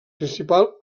principal